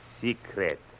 secret